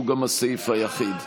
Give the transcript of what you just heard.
שהוא גם הסעיף היחיד.